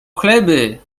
chleby